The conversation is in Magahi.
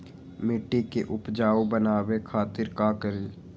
मिट्टी के उपजाऊ बनावे खातिर का करी?